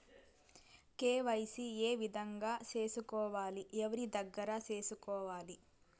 KYC ఏ విధంగా సేసుకోవాలి? ఎవరి దగ్గర సేసుకోవాలి?